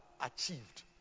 achieved